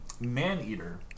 Maneater